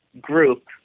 group